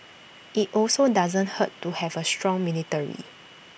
IT also doesn't hurt to have A strong military